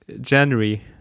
January